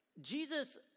Jesus